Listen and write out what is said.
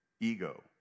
ego